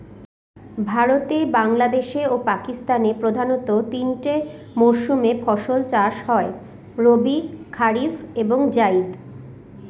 ভারতে বাংলাদেশে ও পাকিস্তানে প্রধানত তিনটা মরসুমে ফাসল চাষ হয় রবি কারিফ এবং জাইদ